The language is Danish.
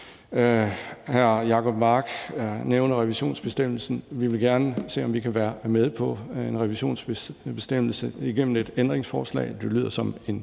Hr. Jacob Mark nævner en revisionsbestemmelse. Vi vil gerne se, om vi kan være med på en revisionsbestemmelse gennem et ændringsforslag – det lyder som en